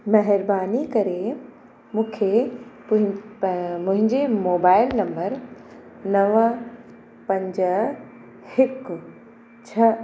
महिरबानी करे मूंखे मुंहिंजे मोबाइल नम्बर नव पंज हिकु छह